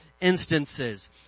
instances